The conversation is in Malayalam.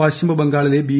പശ്ചിമബംഗാളിലെ ബി